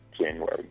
January